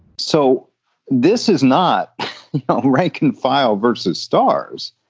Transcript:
so this is not rank and file versus stars.